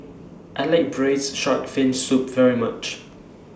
I like Braised Shark Fin Soup very much